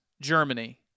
Germany